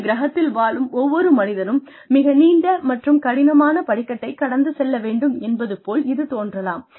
இந்த கிரகத்தில் வாழும் ஒவ்வொரு மனிதனும் மிக நீண்ட மற்றும் கடினமான படிக்கட்டை கடந்து செல்ல வேண்டும் என்பது போல இது தோன்றலாம்